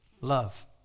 Love